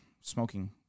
smoking